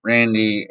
Randy